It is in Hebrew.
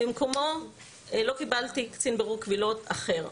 במקומו לא קיבלתי קצין בירור קבילות אחר.